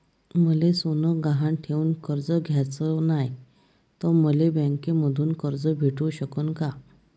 मले सोनं गहान ठेवून कर्ज घ्याचं नाय, त मले बँकेमधून कर्ज भेटू शकन का?